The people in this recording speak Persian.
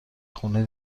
خونه